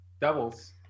Doubles